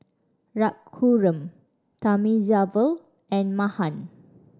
Raghuram Thamizhavel and Mahan